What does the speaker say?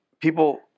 people –